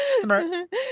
smart